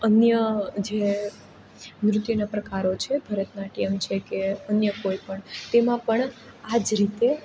અન્ય જે નૃત્યના પ્રકારો છે ભરતનાટ્યમ છે કે અન્ય કોઈ પણ તેમાં પણ આ જ રીતે